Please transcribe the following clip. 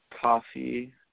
coffee